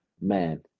man